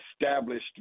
established